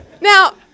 now